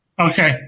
Okay